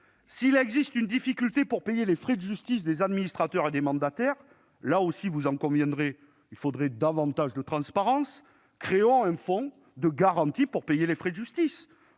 S'il existe une difficulté pour payer les frais de justice des administrateurs et des mandataires- là aussi, vous en conviendrez, il faudrait davantage de transparence -, créons un fonds de garantie pour les payer, plutôt